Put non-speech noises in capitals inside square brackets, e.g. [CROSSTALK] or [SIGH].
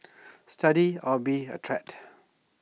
[NOISE] study or be A treat